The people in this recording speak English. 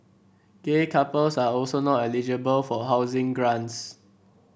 gay couples are also not eligible for housing grants